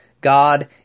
God